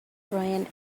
brian